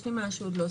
יש לי משהו להוסיף.